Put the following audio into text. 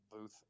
booth